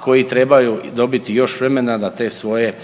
koji trebaju dobiti još vremena da te svoje